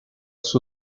suo